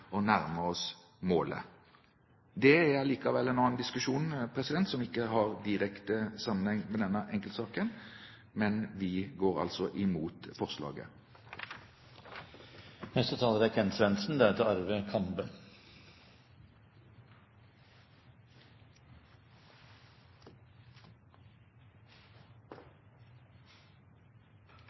å nærme oss målet. Det er likevel en annen diskusjon, som ikke har direkte sammenheng med denne enkeltsaken. Vi går altså imot forslaget. Saksordføreren redegjorde greit for flertallets syn her. Det er